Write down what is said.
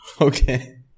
Okay